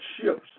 ships